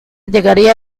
llegaría